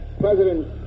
President